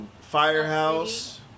Firehouse